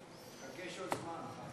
תבקש עוד זמן.